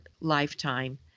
lifetime